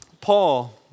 Paul